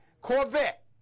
Corvette